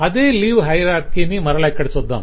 అదే లీవ్ హయరార్కిని మరల ఇక్కడ చూద్దాం